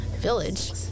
Village